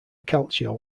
calcio